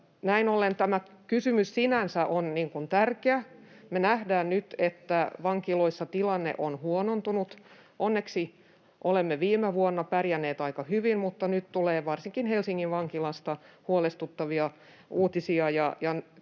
Näin ollen tämä kysymys sinänsä on tärkeä. Me nähdään nyt, että vankiloissa tilanne on huonontunut. Onneksi olemme viime vuonna pärjänneet aika hyvin, mutta nyt tulee varsinkin Helsingin vankilasta huolestuttavia uutisia.